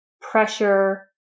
pressure